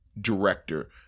director